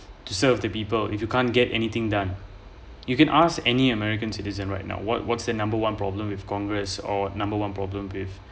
to serve the people if you can't get anything done you can ask any american citizens right now what what's the number one problem with congress or number one problem with